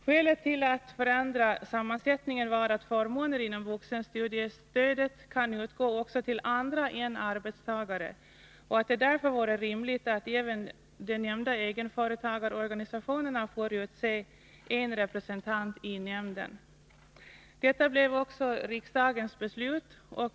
Skälet till att förändra sammansättningen var att förmånerna inom vuxenstudiestödet kan utgå också till andra än arbetstagare och att det därför vore rimligt att även de nämnda egenföretagarorganisationerna får nominera en representant i nämnden. Detta blev också riksdagens beslut.